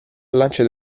lance